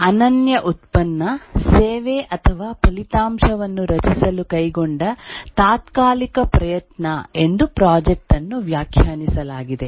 ಅನನ್ಯ ಉತ್ಪನ್ನ ಸೇವೆ ಅಥವಾ ಫಲಿತಾಂಶವನ್ನು ರಚಿಸಲು ಕೈಗೊಂಡ ತಾತ್ಕಾಲಿಕ ಪ್ರಯತ್ನ ಎಂದು ಪ್ರಾಜೆಕ್ಟ್ ಅನ್ನು ವ್ಯಾಖ್ಯಾನಿಸಲಾಗಿದೆ